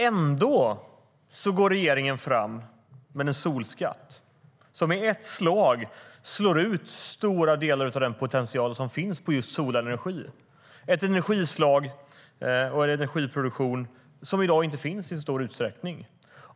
Ändå går regeringen fram med en solskatt som i ett slag slår ut stora delar av den potential som finns för just solenergi, ett energislag där produktionen i dag inte är så stor.